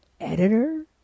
editor